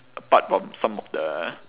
apart from some of the